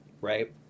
right